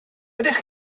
ydych